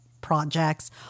projects